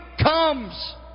Comes